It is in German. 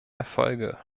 erfolge